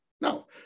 No